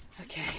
Okay